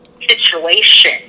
situation